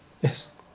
Yes